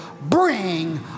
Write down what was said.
bring